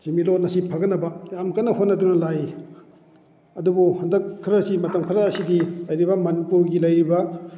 ꯁꯦꯟꯃꯤꯠꯂꯣꯟ ꯑꯁꯤ ꯐꯒꯠꯅꯕ ꯌꯥꯝ ꯀꯟꯅ ꯍꯣꯠꯅꯗꯨꯅ ꯂꯥꯛꯏ ꯑꯗꯨꯕꯨ ꯍꯟꯗꯛ ꯈꯔꯁꯤ ꯃꯇꯝ ꯈꯔ ꯑꯁꯤꯗꯤ ꯂꯩꯔꯤꯕ ꯃꯅꯤꯄꯨꯔꯒꯤ ꯂꯩꯔꯤꯕ